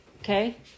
Okay